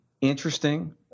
interesting